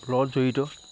লগত জড়িত